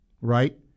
right